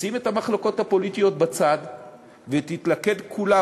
תשים את המחלוקות הפוליטיות בצד ותתלכד כולה,